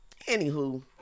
Anywho